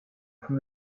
from